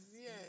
yes